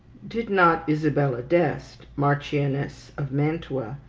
did not isabella d' este, marchioness of mantua,